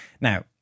Now